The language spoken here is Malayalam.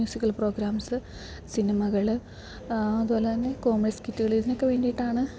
മ്യൂസിക്കൽ പ്രോഗ്രാംസ് സിനിമകൾ അതു പോലെ തന്നെ കോമഡി സ്കിറ്റുകളിതിനൊക്കെ വേണ്ടിയിട്ടാണ്